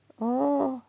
oh